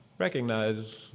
Recognize